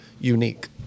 unique